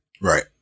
Right